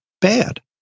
Bad